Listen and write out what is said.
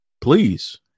please